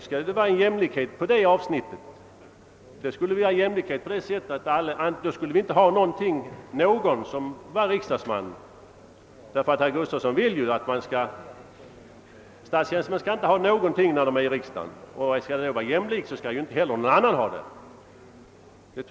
Skall det vara jämlikhet bör det naturligtvis vara jämlikhet också i det avseendet. Herr Gustavsson vill att statstjänstemännen inte skall behålla sin lön när de fullgör riksdagsarbetet och då bör naturligtvis inte heller någon annan få göra det.